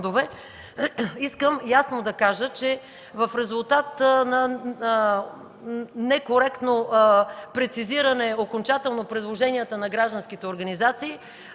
Искам ясно да кажа, че в резултат на некоректно окончателно прецизиране предложенията на гражданските организации,